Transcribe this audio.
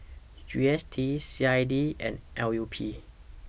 G S T C I D and L U P